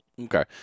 Okay